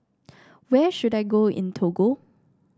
where should I go in Togo